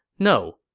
no,